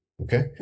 Okay